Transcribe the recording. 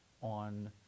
on